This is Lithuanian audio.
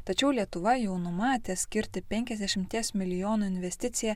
tačiau lietuva jau numatė skirti penkiasdešimties milijonų investiciją